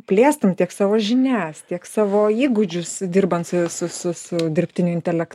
plėstum tiek savo žinias tiek savo įgūdžius dirbant su su su su dirbtiniu intelekt